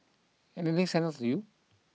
anything stand out to you